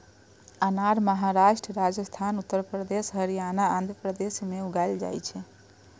अनार महाराष्ट्र, राजस्थान, उत्तर प्रदेश, हरियाणा, आंध्र प्रदेश मे उपजाएल जाइ छै